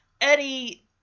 Eddie